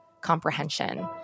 comprehension